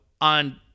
on